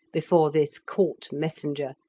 before this court messenger,